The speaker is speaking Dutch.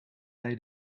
bij